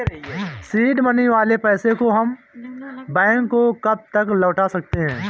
Seed money वाले पैसे हम बैंक को कब तक लौटा सकते हैं?